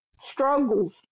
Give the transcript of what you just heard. struggles